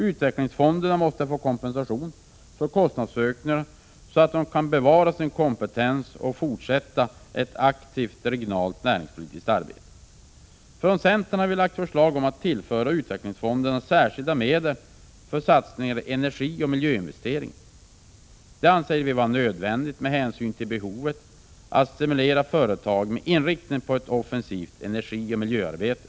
Utvecklingsfonderna måste få kompensation för kostnadsökningar, så att de kan bevara sin kompetens och fortsätta ett aktivt regionalt näringspolitiskt arbete. Från centern har vi lagt fram förslag om att tillföra utvecklingsfonderna särskilda medel för satsningar i energioch miljöinvesteringar. Det anser vi vara nödvändigt med hänsyn till behovet av att stimulera företag med inriktning på ett offensivt energioch miljöarbete.